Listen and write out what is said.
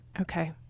okay